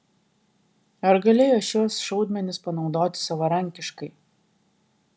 ar galėjo šiuos šaudmenis panaudoti savarankiškai